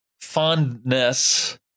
fondness